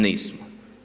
Nismo.